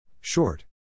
Short